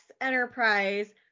Enterprise